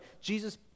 jesus